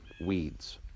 weeds